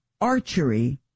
archery